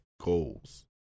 goals